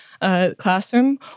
classroom